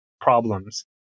problems